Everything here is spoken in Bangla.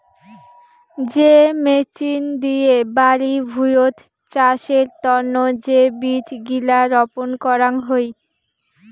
যে মেচিন দিয়ে বাড়ি ভুঁইয়ত চাষের তন্ন যে বীজ গিলা রপন করাং হই